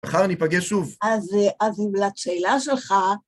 מחר ניפגש שוב. אז אם לשאלה שלך...